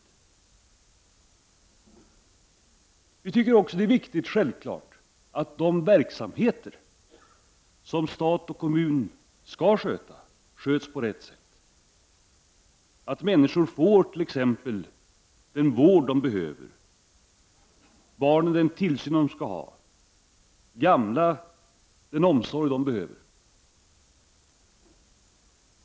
Det är självfallet också viktigt att de verksamheter som stat och kommun skall bedriva sköts på rätt sätt så att människor får den vård de behöver, att barnen får den tillsyn som de skall ha och att gamla får den omsorg de behöver.